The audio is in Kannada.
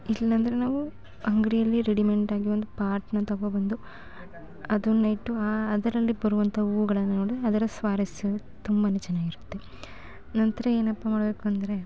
ಇಲ್ಲಂದ್ರೆ ನಾವು ಅಂಗಡಿಯಲ್ಲಿ ರೆಡಿಮೆಂಡಾಗಿ ಒಂದು ಪಾಟ್ನ ತಗೊಂಡ್ಬಂದು ಅದನ್ನು ಇಟ್ಟು ಆ ಅದರಲ್ಲಿ ಬರುವಂಥ ಹೂಗಳನ್ನು ನೋಡಿ ಅದರ ಸ್ವಾರಸ್ಯ ತುಂಬನೇ ಚೆನ್ನಾಗಿರುತ್ತೆ ನಂತರ ಏನಪ್ಪ ಮಾಡಬೇಕು ಅಂದರೆ